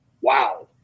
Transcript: Wow